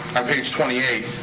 on page twenty eight,